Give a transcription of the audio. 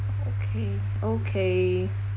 okay okay